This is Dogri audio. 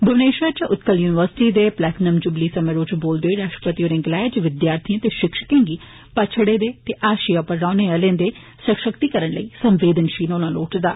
भुवनेष्वर इच उत्थल यूनिवर्सिटी दे प्लैटीनम जुबली समारोह इच बोलदे होई राश्ट्रपति होरें गलाया जे विद्यार्थिएं ते षिक्षकें गी पच्छड़े ते हाषिए उप्पर रौहने आलें दे सषक्तिकरण लेई संवेदनषील होना लोड़चदा